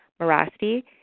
Morasti